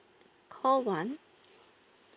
call one